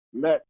let